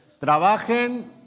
trabajen